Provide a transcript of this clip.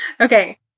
Okay